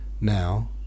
now